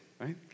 right